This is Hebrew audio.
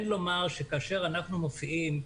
שכאשר אנו מופיעים,